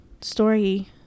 story